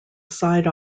side